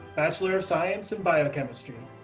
bachelor of science in biochemistry.